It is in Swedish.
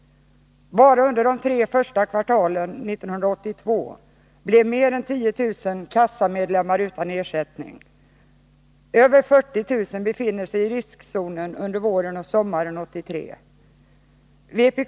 Bara under de tre första kvartalen 1982 blev mer än 10 000 kassamedlemmar utan ersättning, och över 40 000 befinner sig i riskzonen under våren och sommaren 1983.